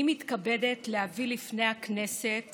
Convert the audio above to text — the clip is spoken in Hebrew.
אני מתכבדת להביא לפני הכנסת